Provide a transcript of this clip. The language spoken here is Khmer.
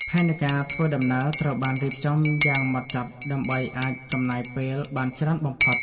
ផែនការធ្វើដំណើរត្រូវបានរៀបចំយ៉ាងហ្មត់ចត់ដើម្បីអាចចំណាយពេលបានច្រើនបំផុត។